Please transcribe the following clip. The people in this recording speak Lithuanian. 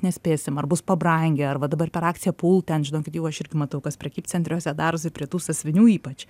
nespėsim ar bus pabrangę ar va dabar per akciją pult ten žinokit jau aš irgi matau kas prekybcentriuose darosi prie tų sąsiuvinių ypač